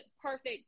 perfect